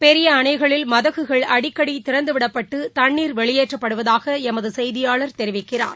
பெரிய அணைகளில் மதகுகள் அடிக்கடி திறந்துவிடப்பட்டு தண்ணீர் வெளியேற்றப்படுவதாக எமது செய்தியாளர் தெரிவிக்கிறார்